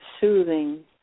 Soothing